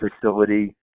facility